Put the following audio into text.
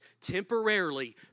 Temporarily